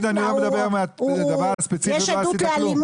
שהיא לא מדברת על הדבר הספציפי ולא עשיתי כלום.